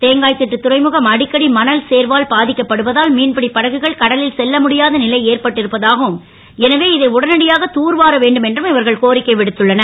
தேங்கா த் ட்டு துறைமுகம் அடிக்கடி மணல் சேர்வால் பா க்கப்படுவதால் மீன்பிடி படகுகள் கடலில் செல்ல முடியாத லை ஏற்பட்டு இருப்பதாகவும் எனவே இதை உடனடியாக தூர்வார வேண்டும் என்றும் இவர்கள் கோரிக்கை விடுத்துள்ளனர்